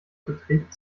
beträgt